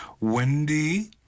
Wendy